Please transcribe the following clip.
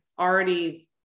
already